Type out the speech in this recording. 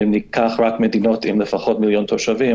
אם ניקח מדינות לפחות עם מיליון תושבים